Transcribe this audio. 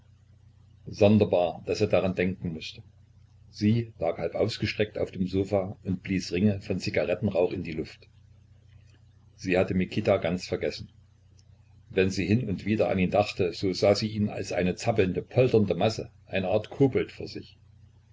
sonderbar daß er daran denken mußte sie lag halbausgestreckt auf dem sofa und blies ringe von zigarettenrauch in die luft sie hatte mikita ganz vergessen wenn sie hin und wieder an ihn dachte so sah sie ihn als eine zappelnde polternde masse eine art kobold vor sich